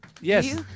Yes